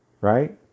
right